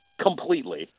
completely